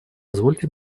позвольте